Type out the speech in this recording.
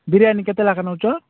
ବିରିୟାନୀ କେତେ ଲାଖେ ନେଉଛ